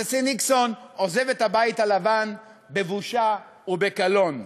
הנשיא ניקסון עוזב את הבית הלבן בבושה ובקלון,